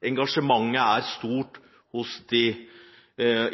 engasjementet er stort hos de